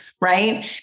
right